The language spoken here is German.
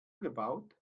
gebaut